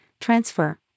transfer